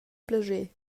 plascher